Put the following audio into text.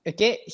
Okay